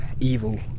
evil